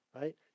right